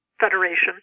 federation